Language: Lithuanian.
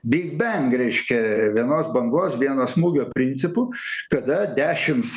big bang reiškia vienos bangos vieno smūgio principu kada dešimts